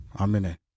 Amen